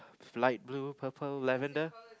light blue purple lavender